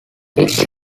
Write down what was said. its